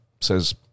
says